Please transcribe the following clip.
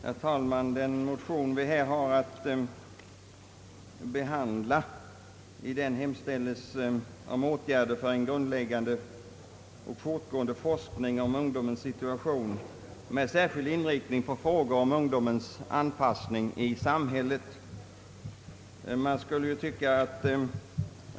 Herr talman! I den motion som vi nu har att behandla hemställes om åtgärder för en grundläggande och fortgående forskning om ungdomens situation med särskild inriktning på frågor om ungdomens anpassning i samhället.